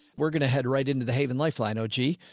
we're going to head right into the haven lifeline. oh, gee,